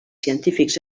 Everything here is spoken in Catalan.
científics